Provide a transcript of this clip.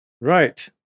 Right